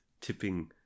tipping